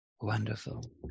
Wonderful